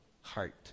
heart